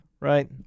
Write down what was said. right